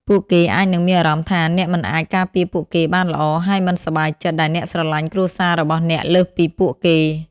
ពួកគេអាចនឹងមានអារម្មណ៍ថា អ្នកមិនអាចការពារពួកគេបានល្អ ហើយមិនសប្បាយចិត្តដែលអ្នកស្រលាញ់គ្រួសាររបស់អ្នកលើសពីពួកគេ។